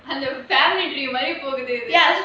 and the family மாதிரி போகுது:maathiri poguthu